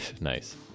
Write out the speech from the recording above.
nice